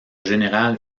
général